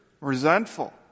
resentful